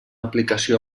aplicació